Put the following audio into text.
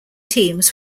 teams